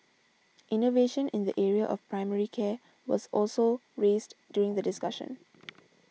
innovation in the area of primary care was also raised during the discussion